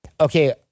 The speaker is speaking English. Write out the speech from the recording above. okay